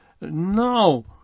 No